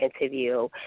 interview